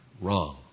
Wrong